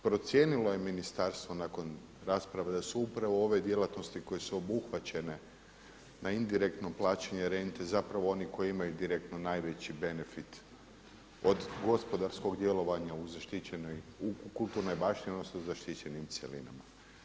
Procijenilo je ministarstvo nakon rasprave da su upravo ove djelatnosti koje su obuhvaćene na indirektno plaćanje rente zapravo oni koji imaju direktno najveći benefit od gospodarskog djelovanja u kulturnoj baštini, odnosno zaštićenim cjelinama.